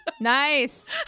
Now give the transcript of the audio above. Nice